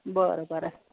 बरं बरं